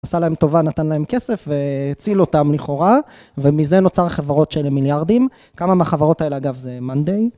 עשה להם טובה, נתן להם כסף והציל אותם לכאורה, ומזה נוצר חברות של מיליארדים. כמה מהחברות האלה אגב זה מאנדי.